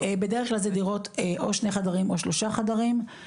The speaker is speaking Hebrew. בדרך כלל זה דירות או שני חדרים או שלושה חדרים,